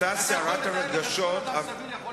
אתה יכול לתאר לך שכל אדם סביר יכול לעשות,